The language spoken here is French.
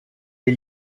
les